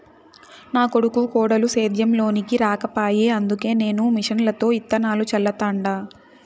నా కొడుకు కోడలు సేద్యం లోనికి రాకపాయె అందుకే నేను మిషన్లతో ఇత్తనాలు చల్లతండ